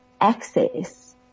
access